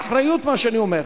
באחריות מה שאני אומר,